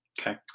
Okay